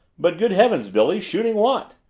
but, good heavens, billy shooting what?